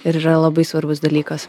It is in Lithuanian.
ir yra labai svarbus dalykas